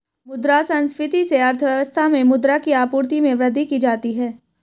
मुद्रा संस्फिति से अर्थव्यवस्था में मुद्रा की आपूर्ति में वृद्धि की जाती है